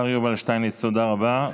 השר יובל שטייניץ, תודה רבה.